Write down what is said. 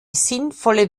sinnvolle